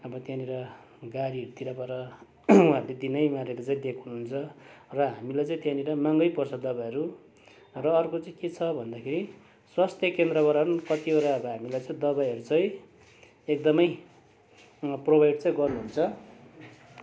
अब त्यहाँनेर गाडीहरूतिरबाट वहाँहरूले दिनै मारेर चाहिँ दिएको हुन्छ र हामीलाई चाहिँ त्यहाँनेर महँगै पर्छ दबाईहरू र अर्को चाहिँ के छ भन्दाखेरि स्वास्थ्य केन्द्रबाट पनि कतिवटा अब हामीलाई चाहिँ दबाईहरू चाहिँ एकदमै प्रोभाइड चाहिँ गर्नु हुन्छ